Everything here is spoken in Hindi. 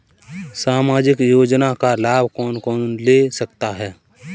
सामाजिक योजना का लाभ कौन कौन ले सकता है?